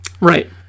Right